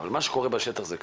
אבל מה שקורה בשטח הוא כך,